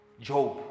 job